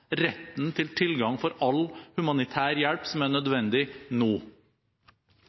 retten til tilgang for all humanitær hjelp som er nødvendig nå.